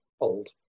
old